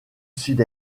sud